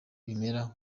bimera